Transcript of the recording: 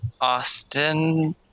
Austin